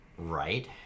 Right